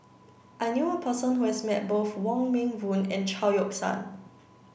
I knew a person who has met both Wong Meng Voon and Chao Yoke San